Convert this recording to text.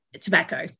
tobacco